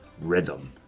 rhythm